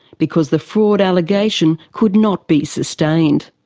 because the fraud allegation could not be sustained.